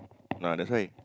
no ah that's why